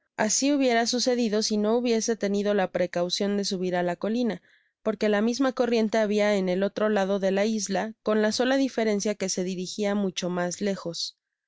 asi hubiera sucedido si no hubiese tenido la precaucion de subir á la colina porque la misma corriente habia en el otro lado de la isla con la sola diferencia que se dirigia mucho mas lejos